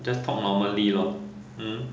just talk normally loh hmm